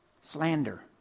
Slander